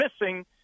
missing